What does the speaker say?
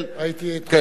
ראיתי אתמול בטלוויזיה.